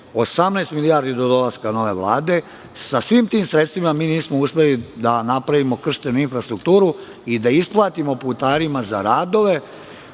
18 milijardi do dolaska nove vlade. Sa svim tim sredstvima, nismo uspeli da napravimo krštenu infrastrukturu i da isplatimo putarima za radove